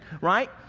right